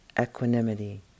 equanimity